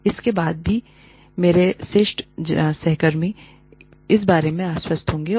और इसके बाद ही मेरे जेष्ठ सहकर्मी सीनियर्स इस बारे में आश्वस्त होंगे